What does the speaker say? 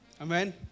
Amen